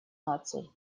наций